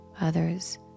Others